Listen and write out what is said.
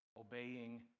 obeying